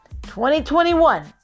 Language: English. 2021